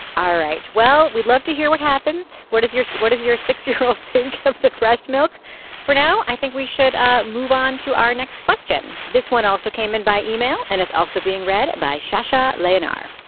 ah right. well we'd love to hear what happens. what is your what is your six year old think of the breast milk for now. i think we should ah move on to our next question. this one also came in by yeah e-mail and it's also being read by sasha leon